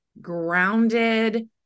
grounded